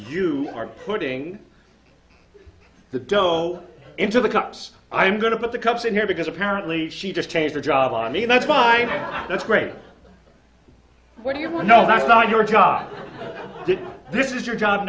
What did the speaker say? you are putting the dough into the cups i'm going to put the cups in here because apparently she just changed her job on me that's fine that's great what do you know that's not your job this is your job